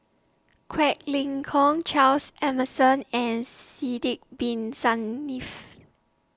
Quek Ling Kiong Charles Emmerson and Sidek Bin Saniff